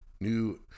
new